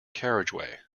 carriageway